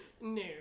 No